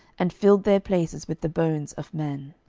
and filled their places with the bones of men.